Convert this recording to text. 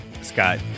Scott